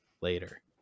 later